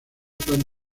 plan